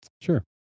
Sure